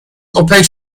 اوپک